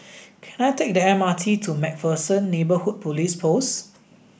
can I take the M R T to MacPherson Neighbourhood Police Post